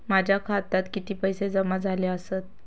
माझ्या खात्यात किती पैसे जमा झाले आसत?